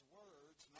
words